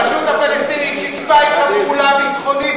הרשות הפלסטינית שיתפה אתך פעולה ביטחונית ב-100%.